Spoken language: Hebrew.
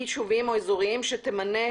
הרב הוותיק ביותר מקרב רבני היישובים שבתחומי